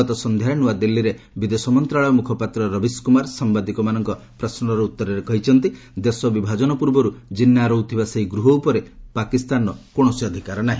ଗତ ସନ୍ଧ୍ୟାରେ ନୂଆଦିଲ୍ଲୀରେ ବିଦେଶ ମନ୍ତ୍ରଣାଳୟ ମୁଖପାତ୍ର ରବିଶ କୁମାର ସାମ୍ଭାଦିକମାନଙ୍କ ପ୍ରଶ୍ୱର ଉତ୍ତରରେ କହିଛନ୍ତି ଦେଶ ବିଭାଜନ ପୂର୍ବରୁ ଜିନ୍ନା ରହୁଥିବା ସେହି ଗୃହ ଉପରେ ପାକିସ୍ତାନର କୌଣସି ଅଧିକାର ନାହିଁ